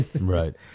right